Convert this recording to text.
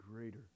greater